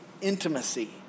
intimacy